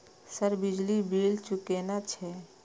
Sir बिजली bill चूकेना छे?